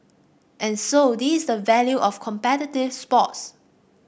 and so this is the value of competitive sports